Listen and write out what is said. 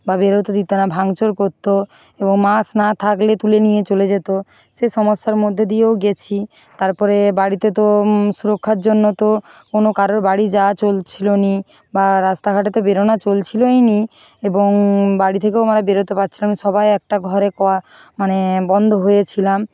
বা বেরোতে দিতো না ভাঙচুর করতো এবং মাস্ক না থাকলে তুলে নিয়ে চলে যেতো সে সমস্যার মধ্যে দিয়েও গেছি তারপরে বাড়িতে তো সুরক্ষার জন্য তো কোনো কারোর বাড়ি যাওয়া চলছিলো না বা রাস্তাঘাটে তো বেরোনো চলছিলোই না এবং বাড়ি থেকেও আমরা বেরোতে পারছিলাম না সবাই একটা ঘরে ক মানে বন্ধ হয়ে ছিলাম